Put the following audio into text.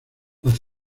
las